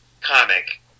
comic